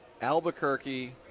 Albuquerque